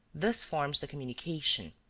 this forms the communication.